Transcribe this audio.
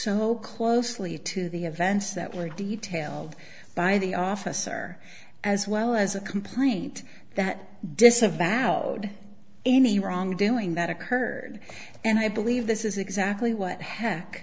so closely to the events that were detailed by the officer as well as a complaint that disavowed any wrongdoing that occurred and i believe this is exactly what heck